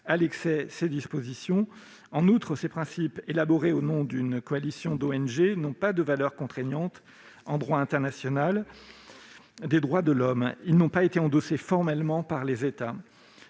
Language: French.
à l'excès ses dispositions. En outre, les principes de Yogyakarta, élaborés au nom d'une coalition d'ONG, n'ont pas de valeur contraignante en droit international des droits de l'homme. Ils n'ont pas été endossés formellement par les États,